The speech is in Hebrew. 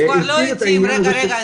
הוא כבר לא "עתים" רגע,